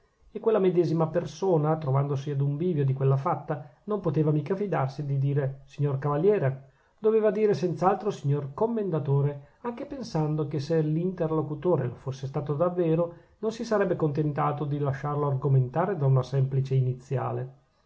e quella medesima persona trovandosi ad un bivio di quella fatta non poteva mica fidarsi di dire signor cavaliere doveva dire senz'altro signor commendatore anche pensando che se l'interlocutore lo fosse stato davvero non si sarebbe contentato di lasciarlo argomentare da una semplice iniziale